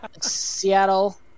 Seattle